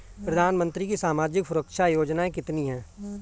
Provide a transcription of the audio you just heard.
प्रधानमंत्री की सामाजिक सुरक्षा योजनाएँ कितनी हैं?